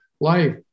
life